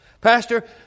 Pastor